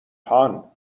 هان